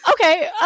okay